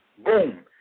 Boom